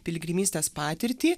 piligrimystės patirtį